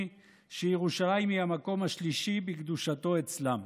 שירושלים היא המקום השלישי בקדושתו אצלם.